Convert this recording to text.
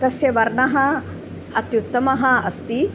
तस्य वर्णः अत्युत्तमः अस्ति